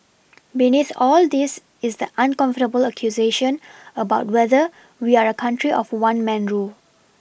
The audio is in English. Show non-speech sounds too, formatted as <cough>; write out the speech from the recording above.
<noise> beneath all this is the uncomfortable accusation about whether we are a country of one man rule